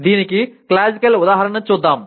దీనికి క్లాసికల్ ఉదాహరణ చూద్దాం